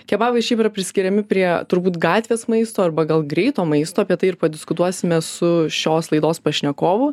kebabai šiaip yra priskiriami prie turbūt gatvės maisto arba gal greito maisto apie tai ir padiskutuosime su šios laidos pašnekovu